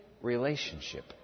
relationship